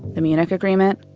the munich agreement?